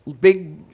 Big